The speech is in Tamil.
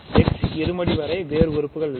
x இருமடி வரை வேறு உறுப்புகள் இல்லை